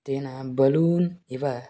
तेन बळून् इव